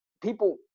people